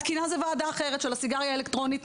התקינה זו ועדה אחרת של הסיגריה האלקטרונית,